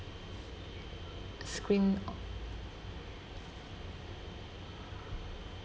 screen